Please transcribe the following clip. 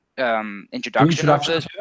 Introduction